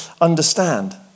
understand